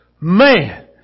Man